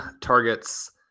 targets